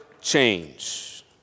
change